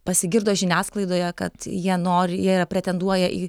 pasigirdo žiniasklaidoje kad jie nori jie pretenduoja į